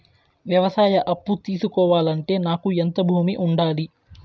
వ్యవసాయ అప్పు తీసుకోవాలంటే నాకు ఎంత భూమి ఉండాలి?